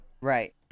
Right